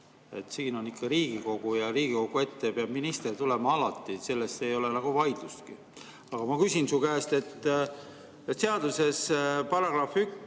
Siin on ikka Riigikogu ja Riigikogu ette peab minister tulema alati, selle üle ei ole vaidlustki. Aga ma küsin su käest seaduse § 1